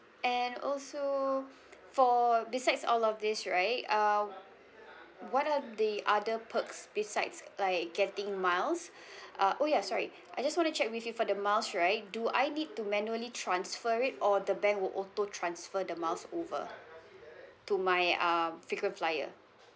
and also for besides all of these right uh what are the other perks besides like getting miles uh oh ya sorry I just want to check with you for the miles right do I need to manually transfer it or the bank will auto transfer the miles over to my uh frequent flyer